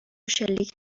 شلیک